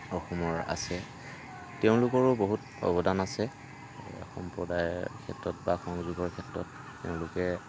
অসমৰ আছে তেওঁলোকৰো বহুত অৱদান আছে সম্প্ৰদায়ৰ ক্ষেত্ৰত বা সংযোগৰ ক্ষেত্ৰত তেওঁলোকে